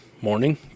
morning